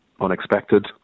unexpected